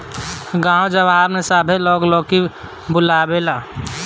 गांव जवार में सभे लोग लौकी खुबे बोएला